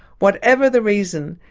whatever the reason,